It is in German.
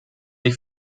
ich